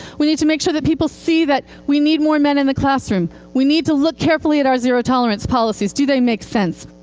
we need to make sure that people see that we need more men in the classroom. we need to look carefully at our zero tolerance policies. do they make sense?